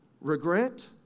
regret